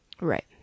Right